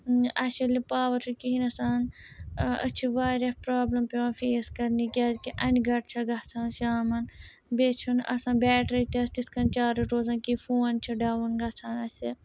اَسہِ ییٚلہِ پاوَر چھُ کِہیٖنۍ آسان أسۍ چھِ واریاہ پرٛابلِم پٮ۪وان فیس کَرنہِ کیٛازِکہِ اَنہِ گَٹ چھےٚ گژھان شامَن بیٚیہِ چھُنہٕ آسان بٮ۪ٹرٛی تہِ تِتھ کٔنۍ چارٕج روزان کینٛہہ فون چھِ ڈاوُن گژھان اَسہِ